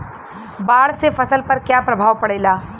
बाढ़ से फसल पर क्या प्रभाव पड़ेला?